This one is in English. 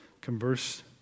converse